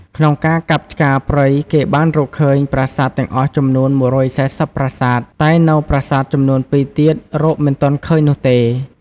ក្នុងការកាប់ឆ្ការព្រៃគេបានរកឃើញ ប្រាសាទទាំងអស់ចំនួន ១៤០ប្រាសាទ តែនៅប្រាសាទចំនួនពីរទៀត រកមិនទាន់ឃើញនោះទេ។